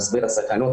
מסביר את הסכנות,